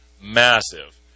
massive